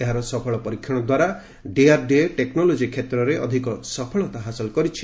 ଏହାର ସଫଳ ପରୀକ୍ଷଣ ଦ୍ୱାରା ଡିଆରଡିଏ ଟେକ୍ନୋଲୋକି କ୍ଷେତ୍ରରେ ଅଧିକ ସଫଳତା ହାସଲ କରିଛି